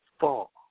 fall